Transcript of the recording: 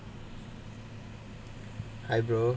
hi brother